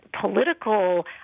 political